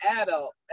adult